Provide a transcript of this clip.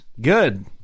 Good